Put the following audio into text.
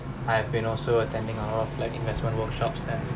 I have been also attending like investment workshops sense